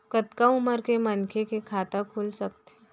कतका उमर के मनखे के खाता खुल सकथे?